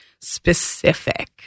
specific